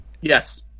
Yes